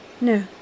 No